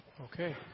Okay